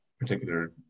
particular